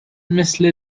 مثل